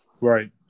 Right